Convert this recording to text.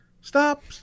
Stop